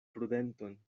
prudenton